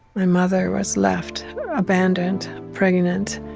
my mother was left abandoned, pregnant,